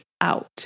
out